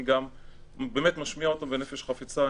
אני גם באמת משמיע אותם בנפש חפצה.